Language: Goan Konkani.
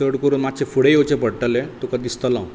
चड करून मातशें फुडें येवचें पडटलें तुका दिसतलों